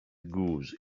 goose